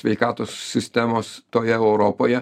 sveikatos sistemos toje europoje